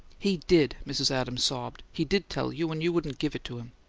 he did! mrs. adams sobbed. he did tell you, and you wouldn't give it to him.